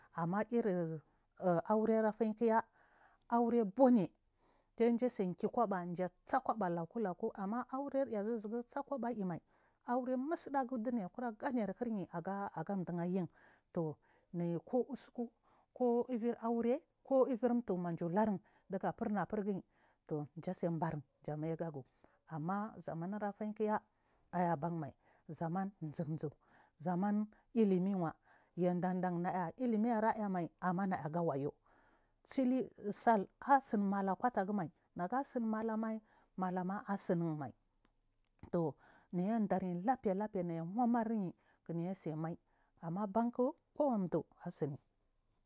Ammar irrir aurer afaiykiya auren bune dindasai ki kwaɓa jasa’a kwaba luku luku amma aurer ai zuzu gu sakubo aimai auren mutsudagu dunayi kura gane kiryi aga duh ayin tuu nayi ku u tsuku ku, iuir aure ku iuir tuuh maja lurrim diga fur nakirgiyi tuujasai ɓan kija meiga gu amma zaman afaikiya aiyi ba nami zamani zumzu zaman ilimi wa ya dan dan ilimi ayirayamai amma anayaga wayu shihi sal asin mala kwatagumai naga tsin malamai mala ma a tsinin mai tunayi daryi labfe labfe nayiwamaryi kiyasai mai amma banki kuwami du’u asini.